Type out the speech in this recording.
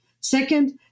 Second